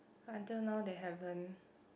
until now they haven't